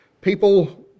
people